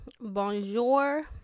bonjour